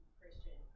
Christian